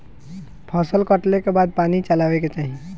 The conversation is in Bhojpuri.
फसल कटले के बाद पानी चलावे के चाही